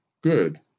Good